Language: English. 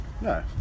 No